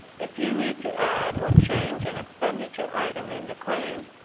if you need to add or change an expenditure item in the claim,